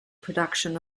production